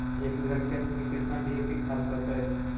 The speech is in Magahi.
एक बिघा खेत में केतना डी.ए.पी खाद पड़तै?